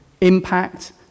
impact